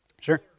Sure